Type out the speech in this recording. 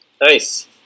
Nice